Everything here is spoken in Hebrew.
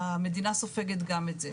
המדינה סופגת גם את זה.